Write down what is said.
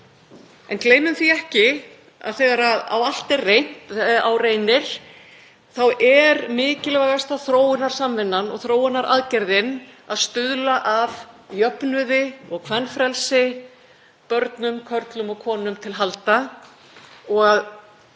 En gleymum því ekki að þegar á allt reynir þá er mikilvægasta þróunarsamvinnan og þróunaraðgerðin að stuðla að jöfnuði og kvenfrelsi, börnum, körlum og konum til handa.